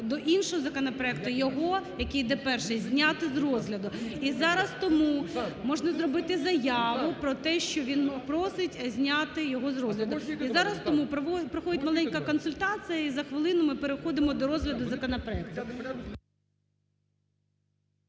до іншого законопроекту його, який йде перший зняти з розгляду. І зараз тому можна зробити заяву про те, що він просить зняти його з розгляду. І зараз тому проходить маленька консультація, і за хвилину ми переходимо до розгляду законопроекту.